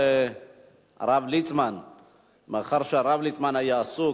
מאחר שהרב ליצמן היה עסוק,